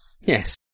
yes